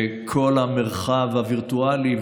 וכל המרחב הווירטואלי,